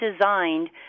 designed